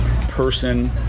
person